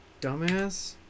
dumbass